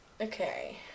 Okay